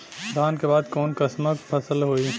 धान के बाद कऊन कसमक फसल होई?